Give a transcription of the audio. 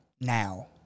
Now